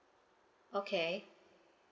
okay